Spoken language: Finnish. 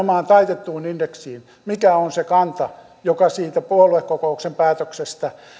taitettuun indeksiin mikä on se kanta joka siitä puoluekokouksen päätöksestä